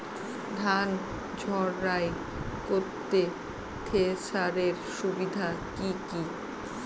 ধান ঝারাই করতে থেসারের সুবিধা কি কি?